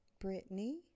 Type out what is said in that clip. Brittany